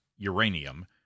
uranium